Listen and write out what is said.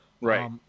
Right